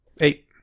eight